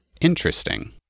Interesting